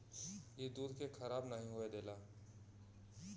ई दूध के खराब नाही होए देला